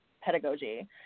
pedagogy